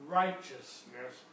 righteousness